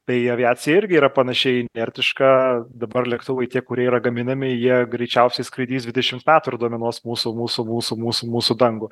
tai aviacijoj irgi yra panašiai inertiška dabar lėktuvai tie kurie yra gaminami jie greičiausiai skraidys dvidešimt metų ir dominuos mūsų mūsų mūsų mūsų mūsų dangų